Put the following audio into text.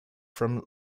from